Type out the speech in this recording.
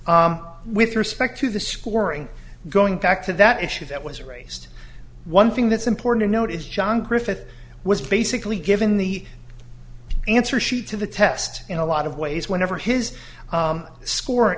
with respect to the scoring going back to that issue that was raised one thing that's important to note is john griffith was basically given the answer sheet to the test in a lot of ways whenever his scor